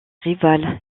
rival